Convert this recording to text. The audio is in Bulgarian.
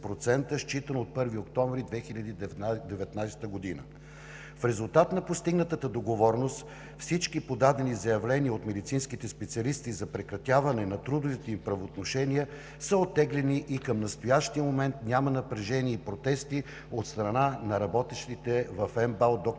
В резултат на постигнатата договореност всички подадени заявления от медицинските специалисти за прекратяване на трудовите им правоотношения са оттеглени и към настоящия момент няма напрежение и протести от страна на работещите в МБАЛ „Д-р